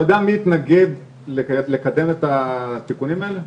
אתה יודע מי התנגד לקדם את התיקונים הלאה?